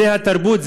זו התרבות,